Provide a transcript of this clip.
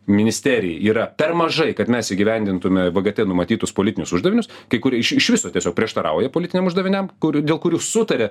ministerijai yra per mažai kad mes įgyvendintume vgt numatytus politinius uždavinius kai kurie iš iš viso tiesiog prieštarauja politiniam uždaviniam kurių dėl kurių sutarė